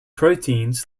proteins